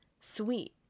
sweet